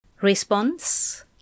Response